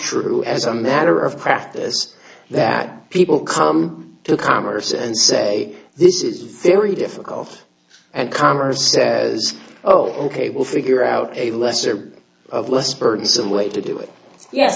true as a matter of practice that people come to commerce and say this is very difficult and commerce says oh ok we'll figure out a lesser of less burdensome way to do it ye